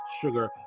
sugar